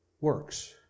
works